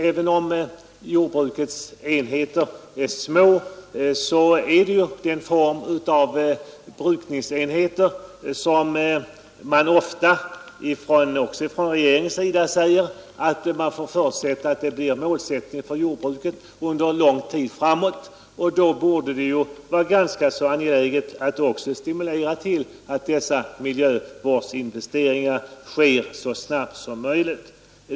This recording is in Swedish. Även om jordbrukens enheter är små i jämförelse med industrins säger ju ofta även regeringen att denna typ av jordbruk, de s.k. familjejord 91 bruken, kommer att bestå under lång tid framåt och utgöra den dominerande delen av jordbruken. Då borde det vara angeläget att stimulera till att dessa miljövårdsinvesteringar görs så snabbt som möjligt.